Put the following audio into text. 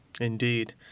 Indeed